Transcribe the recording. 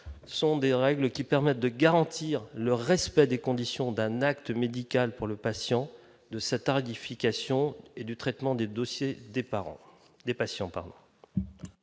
sont des règles qui permettent de garantir le respect des conditions d'un acte médical pour le patient de cet art édification et du traitement des dossiers des parents